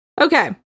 Okay